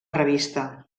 revista